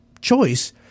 choice